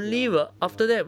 ya ya